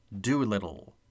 Doolittle